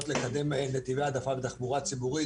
לקדם נתיבי העדפה בתחבורה ציבורית,